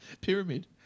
pyramid